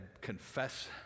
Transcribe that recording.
confess